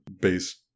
based